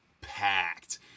packed